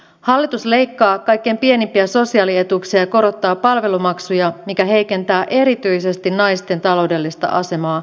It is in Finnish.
hallitus leikkaa kaikkein pienimpiä sosiaalietuuksia ja korottaa palvelumaksuja mikä heikentää erityisesti naisten taloudellista asemaa